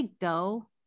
go